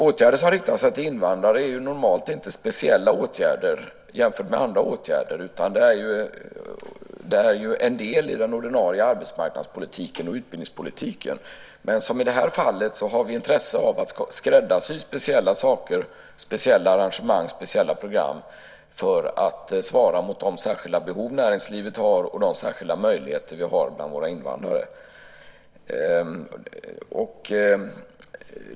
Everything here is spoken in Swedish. Åtgärder som har riktat sig till invandrare är normalt inte speciella åtgärder jämfört med andra åtgärder utan de är en del i den ordinarie arbetsmarknadspolitiken och utbildningspolitiken. I det här fallet har vi intresse av att skräddarsy speciella saker, speciella arrangemang, speciella program för att svara mot de särskilda behov näringslivet har och de särskilda möjligheter vi har bland våra invandrare.